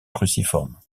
cruciforme